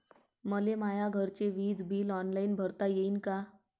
मले माया घरचे विज बिल ऑनलाईन भरता येईन का?